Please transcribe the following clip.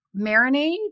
marinade